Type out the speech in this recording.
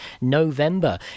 November